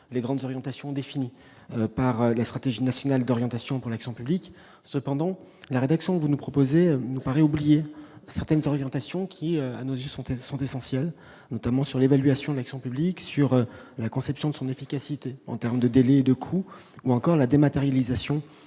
les grandes orientations définies dans la stratégie nationale d'orientation de l'action publique. Toutefois, la rédaction que vous nous proposez paraît oublier certaines orientations qui, à nos yeux, sont essentielles, s'agissant notamment de l'évaluation de l'action publique, de la conception de son efficacité en termes de délais et de coûts, ou encore de la dématérialisation.